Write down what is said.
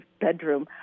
bedroom